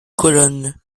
colonne